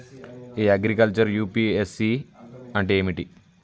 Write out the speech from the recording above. ఇ agriculture UPSC అంటే ఏమిటి?